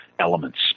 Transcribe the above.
elements